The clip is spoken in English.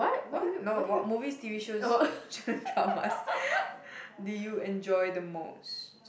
what no what movies T_V shows dramas do you enjoy the most